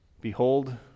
Behold